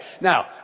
Now